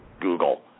Google